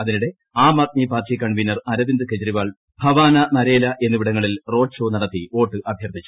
അതിനിടെ Aam Aadmi party convener Arvind Kejriwal Bawana Narela എന്നിവിടങ്ങളിൽ road show നടത്തി വോട്ട് അഭ്യർത്ഥിച്ചു